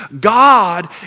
God